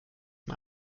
mal